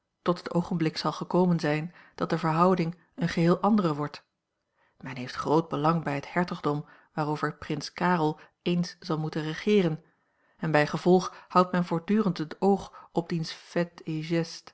tot het oogenblik zal gekomen zijn dat de verhouding eene geheel andere wordt men heeft groot belang bij het hertogdom waarover prins karel eens zal moeten regeeren en bijgevolg houdt men voortdurend het oog op diens faits